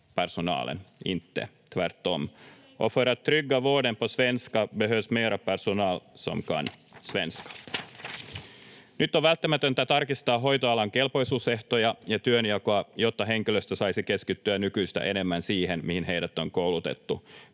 Nyt on välttämätöntä tarkistaa hoitoalan kelpoisuusehtoja ja työnjakoa, jotta henkilöstö saisi keskittyä nykyistä enemmän siihen, mihin heidät on koulutettu.